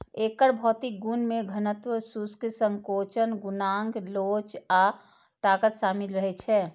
एकर भौतिक गुण मे घनत्व, शुष्क संकोचन गुणांक लोच आ ताकत शामिल रहै छै